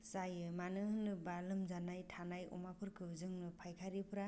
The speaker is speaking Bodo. जायो मानो होनोबा लोमजानाय थानाय अमाफोरखौ जोंनो फायखारिफ्रा